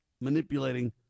manipulating